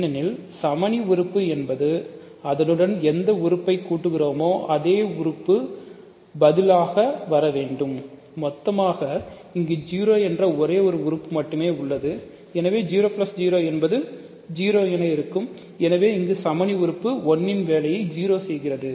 ஏனென்றால் சமணி உறுப்பு என்பது அதனுடன் எந்த உறுப்பை கூட்டுகிறோமோ அதை உறுப்பு பதிலாக வரவேண்டும் மொத்தமாக இங்கு 0 என்ற ஒரு உறுப்பு மட்டுமே உள்ளது எனவே 00 என்பது 0 என இருக்கும் எனவே இங்கு சமணி உறுப்பு 1 ன் வேலையை 0 செய்கிறது